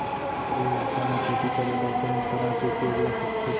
पहाड़ी इलाका म खेती करें बर कोन उपकरण के उपयोग ल सकथे?